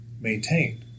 Maintained